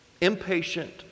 Impatient